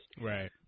Right